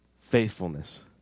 faithfulness